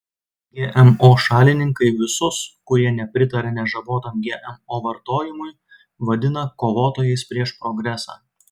gmo šalininkai visus kurie nepritaria nežabotam gmo vartojimui vadina kovotojais prieš progresą